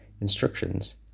instructions